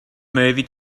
movie